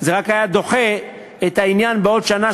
זה רק היה דוחה את העניין בעוד שנה,